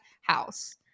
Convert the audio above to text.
house